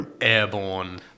airborne